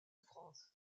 france